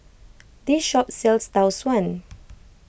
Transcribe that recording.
this shop sells Tau Suan